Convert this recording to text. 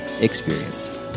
experience